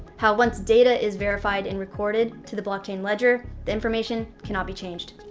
how once data is verified and recorded to the blockchain ledger, the information cannot be changed.